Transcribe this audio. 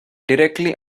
directly